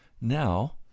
Now